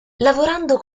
lavorando